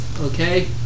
Okay